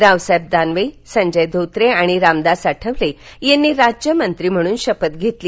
रावसाहेब दानवे संजय धोत्रे आणि रामदास आठवले यांनी राज्यमंत्री म्हणून शपथ घेतली